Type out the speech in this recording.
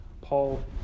Paul